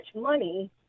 money